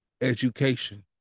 education